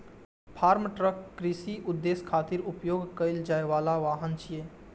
farm truck कृषि उद्देश्य खातिर उपयोग कैल जाइ बला वाहन छियै